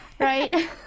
Right